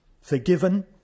Forgiven